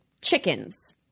chickens